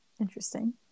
Interesting